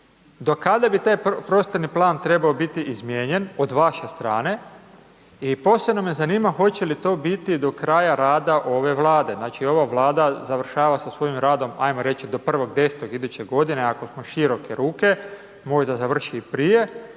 do kada bi taj prostorni plan trebao biti izmijenjen od vaše strane i posebno me zanima hoće li to biti do kraja rada ove Vlade, znači ova Vlada završava sa svojim radom, hajmo reći do 1.10. iduće godine, ako smo široke ruke. Možda završi i prije.